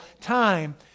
time